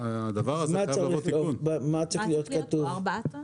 מה צריך להיות כתוב?